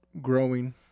growing